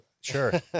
Sure